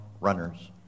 runners